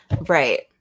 Right